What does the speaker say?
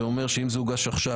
זה אומר שאם זה הוגש עכשיו,